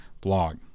blog